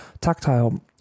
tactile